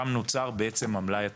שם נוצר בעצם המלאי התכנוני.